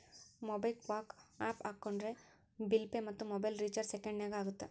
MobiKwik app ಹಾಕೊಂಡ್ರೆ bill pay ಮತ್ತ mobile recharge ಸೆಕೆಂಡನ್ಯಾಗ ಆಗತ್ತ